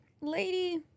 lady